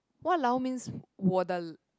!walao! means 我的